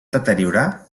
deteriorar